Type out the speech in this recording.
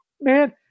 man